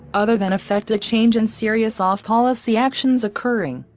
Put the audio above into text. other than affect a change in serious off policy actions occurring.